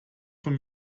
von